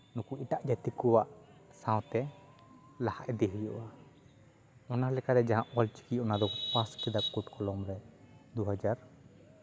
ᱱᱩᱠᱩ ᱮᱴᱟᱜ ᱡᱟᱹᱛᱤ ᱠᱚᱣᱟᱜ ᱥᱟᱶᱛᱮ ᱞᱟᱦᱟ ᱤᱫᱤ ᱦᱩᱭᱩᱜᱼᱟ ᱚᱱᱟ ᱞᱮᱠᱟᱛᱮ ᱡᱟᱦᱟᱸ ᱚᱞᱪᱤᱠᱤ ᱚᱱᱟ ᱫᱚᱠᱚ ᱯᱟᱥ ᱠᱮᱫᱟ ᱠᱳᱨᱴ ᱠᱚᱞᱚᱢ ᱨᱮ ᱫᱩ ᱦᱟᱡᱟᱨ